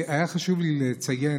היה חשוב לי לציין,